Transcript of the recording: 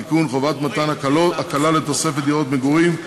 (תיקון חובת מתן הקלה לתוספת דירות מגורים),